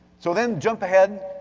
so then jump ahead,